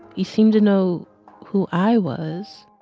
he seemed to know who i was.